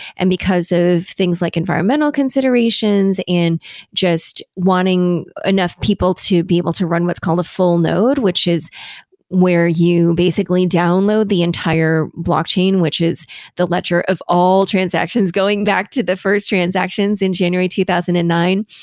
and because of things like environmental considerations and just wanting enough people to be able to run what's called a full node, which is where you basically download the entire blockchain, which is the ledger of all transactions going back to the first transactions in january two thousand and nine,